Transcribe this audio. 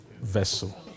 vessel